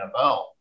NFL